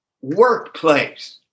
workplace